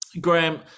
graham